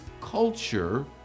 culture